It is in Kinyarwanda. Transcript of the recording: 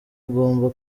agomba